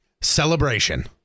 Celebration